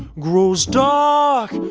grows dark,